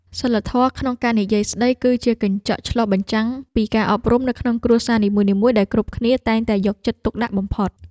សីលធម៌ក្នុងការនិយាយស្តីគឺជាកញ្ចក់ឆ្លុះបញ្ចាំងពីការអប់រំនៅក្នុងគ្រួសារនីមួយៗដែលគ្រប់គ្នាតែងតែយកចិត្តទុកដាក់បំផុត។